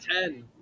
ten